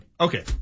Okay